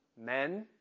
men